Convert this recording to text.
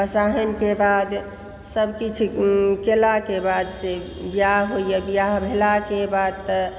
के बाद सब किछु केलाके बाद से बिआह होइया बिआह भेलाके बाद तऽ